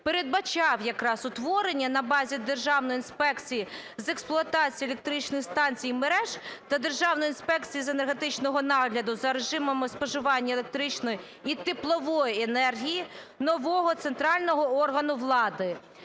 передбачав якраз утворення на базі Державної інспекції з експлуатації електричних станцій і мереж та Державної інспекції з енергетичного нагляду за режимами споживання електричної і теплової енергії нового центрального органу влади.